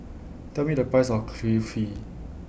Tell Me The Price of Kulfi